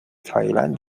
تایلند